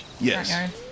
Yes